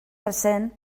recents